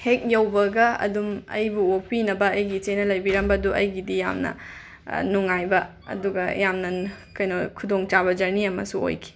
ꯍꯦꯛ ꯌꯧꯕꯒ ꯑꯗꯨꯝ ꯑꯩꯕꯨ ꯑꯣꯛꯄꯤꯅꯕ ꯑꯩꯒꯤ ꯏꯆꯦꯅ ꯂꯩꯕꯤꯔꯝꯕꯗꯨ ꯑꯩꯒꯤꯗꯤ ꯌꯥꯝꯅ ꯅꯨꯡꯉꯥꯏꯕ ꯑꯗꯨꯒ ꯌꯥꯝꯅ ꯀꯩꯅꯣ ꯈꯨꯗꯣꯡ ꯆꯥꯕ ꯖꯔꯅꯤ ꯑꯃꯁꯨ ꯑꯣꯏꯈꯤ